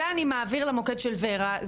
זה אני מעביר למוקד של ורה,